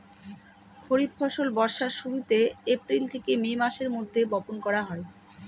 খরিফ ফসল বর্ষার শুরুতে, এপ্রিল থেকে মে মাসের মধ্যে, বপন করা হয়